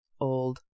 old